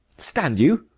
stand you!